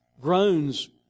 groans